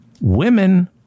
women